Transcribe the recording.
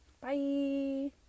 Bye